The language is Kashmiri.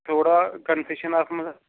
تھوڑا کَنسیشَن اَتھ منٛز حظ